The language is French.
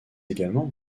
également